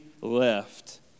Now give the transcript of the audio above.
left